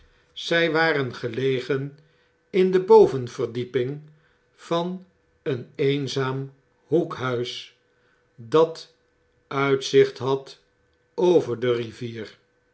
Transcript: zij waren gelegen in de bovenverdieping van een eenzaam hoekhuis dat uitzicht had over de rivier